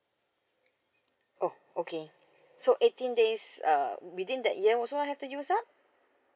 oh okay so eighteen days uh within that year also I have to use up